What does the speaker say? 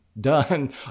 done